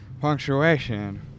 punctuation